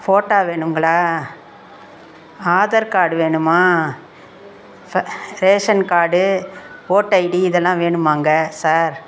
ஃபோட்டா வேணுங்களா ஆதார் கார்டு வேணுமா ஃப ரேஷன் கார்டு ஓட் ஐடி இதெல்லாம் வேணுமாங்க சார்